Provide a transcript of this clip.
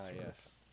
yes